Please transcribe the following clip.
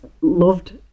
loved